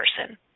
person